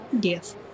Yes